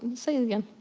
say it again.